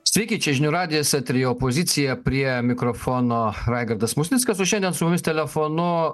sveiki čia žinių radijas eteryje pozicija prie mikrofono raigardas musnickas o šandien su mumis telefonu